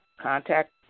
contact